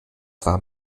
war